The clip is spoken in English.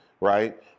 right